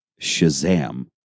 Shazam